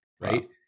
right